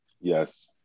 Yes